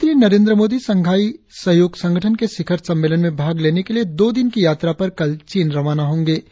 प्रधानमंत्री नरेंद्र मोदी शंघाई सहयोग संगठन के शिखर सम्मेलन में भाग लेने के लिए दो दिन की यात्रा पर कल चीन रवाना होंगे